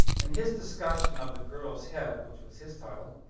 in his discussion of the girl's head which was his title,